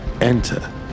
Enter